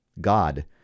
God